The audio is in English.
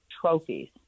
trophies